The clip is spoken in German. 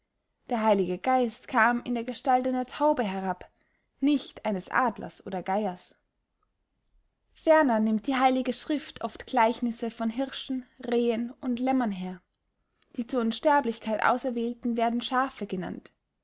der heilige geist kam in der gestalt einer taube herab nicht eines adlers oder geiers ferner nimmt die heilige schrift oft gleichnisse von hirschen rehen und lämmern her die zur unsterblichkeit auserwählten werden schafe genannt